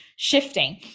shifting